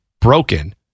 broken